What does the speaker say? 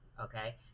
okay